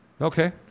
Okay